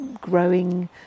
growing